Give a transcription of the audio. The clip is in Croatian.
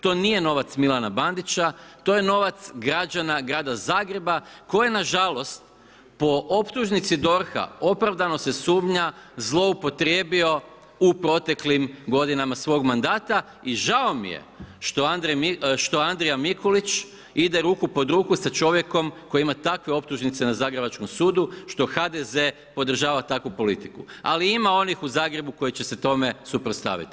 To nije novac Milana Bandića, to je novac građana grada Zagreba koje na žalost po optužnici DORH-a opravdano se sumnja zloupotrijebio u proteklim godinama svog mandata i žao mi je što Andrija Mikulić ide ruku pod ruku sa čovjekom koji ima takve optužnice na zagrebačkom sudu, što HDZ podržava takvu politiku ali ima onih u Zagrebu koji će se tome suprotstaviti.